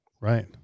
Right